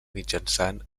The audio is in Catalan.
mitjançant